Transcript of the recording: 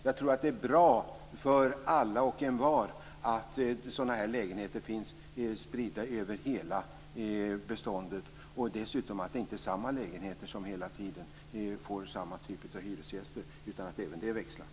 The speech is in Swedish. Jag tror att det är bra för alla och envar att sådana här lägenheter finns spridda över hela beståndet och att det inte är samma lägenheter som hela tiden får samma typ av hyresgäster. Det är bra att även dessa växlar.